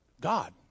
God